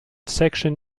section